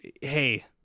hey